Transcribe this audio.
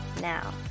now